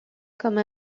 comme